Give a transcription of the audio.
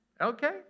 Okay